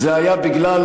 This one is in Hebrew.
זה היה בגלל,